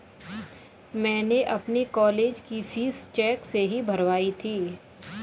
मैंने अपनी कॉलेज की फीस चेक से ही भरवाई थी